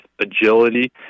agility